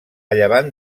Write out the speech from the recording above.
llevant